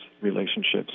relationships